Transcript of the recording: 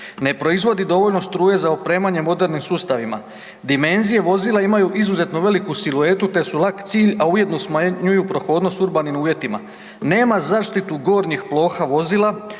Ne proizvodi dovoljno struje za opremanje modernim sustavima, dimenzije vozila imaju izuzetnu veliku siluetu te su lak cilj a ujedno smanjuju prohodnost u urbanim uvjetima. Nema zaštitu gornjih ploha vozila,